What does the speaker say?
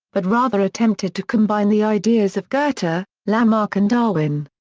but rather attempted to combine the ideas of goethe, but lamarck and darwin.